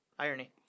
Irony